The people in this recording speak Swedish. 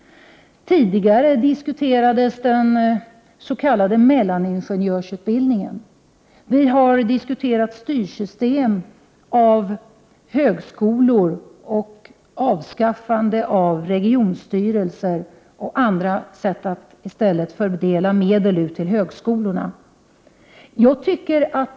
1988/89:120 diskuterades den s.k. mellaningenjörsutbildningen. Vi har diskuterat styr 24 maj 1989 system när det gäller högskolor och avskaffande av regionstyrelser och andra sätt att fördela medel till högskolorna än via regionstyrelser.